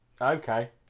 Okay